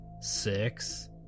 six